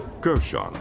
Gershon